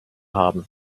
haben